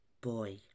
boy